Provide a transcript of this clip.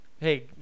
Hey